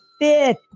fifth